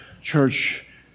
church